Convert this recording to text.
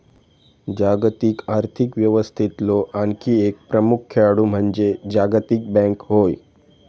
जागतिक आर्थिक व्यवस्थेतलो आणखी एक प्रमुख खेळाडू म्हणजे जागतिक बँक होय